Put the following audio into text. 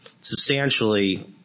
substantially